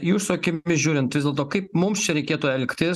jūsų akimis žiūrint vis dėlto kaip mums čia reikėtų elgtis